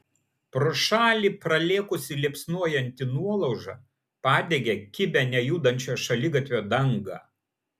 pro šalį pralėkusi liepsnojanti nuolauža padegė kibią nejudančio šaligatvio dangą